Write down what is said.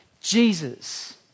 Jesus